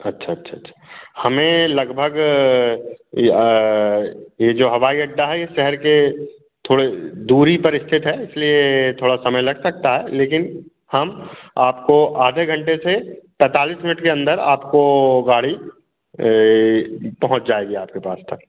अच्छा अच्छा अच्छा हमें लगभग ये जो हवाई अड्डा है ये शहर के थोड़े दूरी पर स्थित है इसलिए थोड़ा समय लग सकता है लेकिन हम आपको आधे घंटे से पैंतालीस मिनट के अंदर आपको गाड़ी पहुँच जाएगी आपके पास